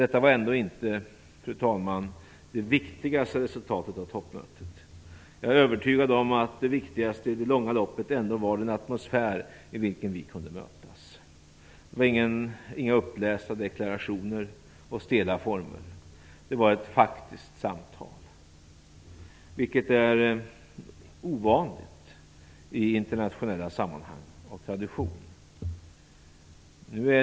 Detta var ändå inte, fru talman, det viktigaste resultatet av toppmötet. Jag är övertygad om att det viktigaste i det långa loppet ändå var den atmosfär i vilken vi kunde mötas. Det var inga upplästa deklarationer och stela former. Det var ett faktiskt samtal, vilket är ovanligt i internationella sammanhang.